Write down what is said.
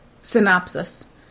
synopsis